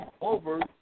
over